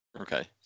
Okay